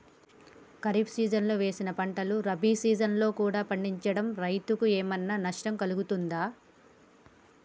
ఖరీఫ్ సీజన్లో వేసిన పంటలు రబీ సీజన్లో కూడా పండించడం రైతులకు ఏమైనా నష్టం కలుగుతదా?